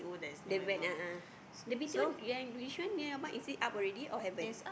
the when a'ah a'ah the B_T_O yang which one near your mom is it up already or haven't